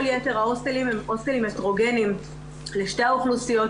יתר ההוסטלים הם הוסטלים הטרוגניים לשתי האוכלוסיות.